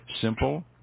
Simple